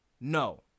No